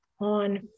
on